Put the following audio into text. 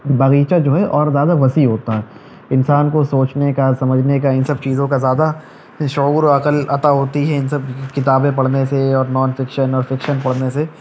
باغیچہ جو ہے اور زیادہ وسیع ہوتا ہے انسان کو سوچنے کا سمجھنے کا ان سب چیزوں کا زیادہ شعور و عقل عطا ہوتی ہے ان سب کتابیں پڑھنے سے اور نان فکشن اور فکشن پڑھنے سے